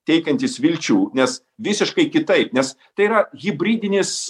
teikiantis vilčių nes visiškai kitaip nes tai yra hibridinis